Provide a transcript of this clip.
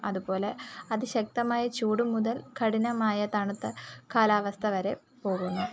അതുപോലെ അതിശക്തമായ ചൂട് മുതൽ കഠിനമായ തണുത്ത കാലാവസ്ഥ വരെ പോകുന്നു